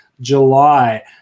July